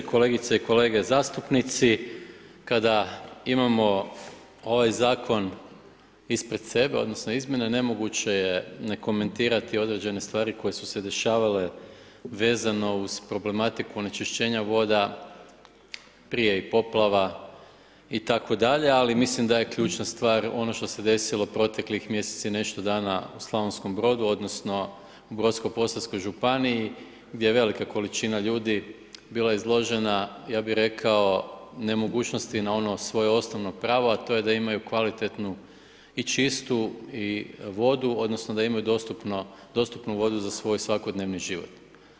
Kolegice i kolege zastupnici, kada imamo ovaj Zakon ispred sebe, odnosno izmjene, nemoguće je ne komentirati određene stvari koje su se dešavale vezano uz problematiku onečišćenja voda, prije i poplava itd., ali mislim da je ključna stvar ono što se desilo proteklih mjesec i nešto dana u Slavonskom Brodu odnosno Brodsko-posavskoj županiji gdje je velika količina ljudi bila izložena, ja bih rekao, nemogućnosti na ono svoje osnovno pravo, a to je da imaju kvalitetnu i čistu i vodu, odnosno da imaju dostupnu vodu za svoj svakodnevni život.